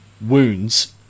wounds